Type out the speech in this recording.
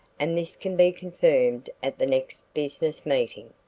and this can be confirmed at the next business meeting.